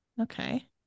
okay